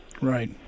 Right